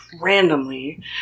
randomly